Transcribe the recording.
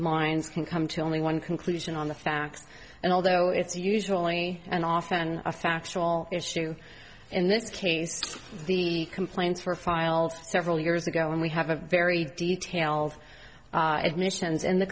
minds can come to only one conclusion on the facts and although it's usually and often a factual issue in this case the complaints were filed several years ago and we have a very detailed admissions in the